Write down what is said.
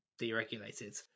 deregulated